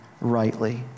rightly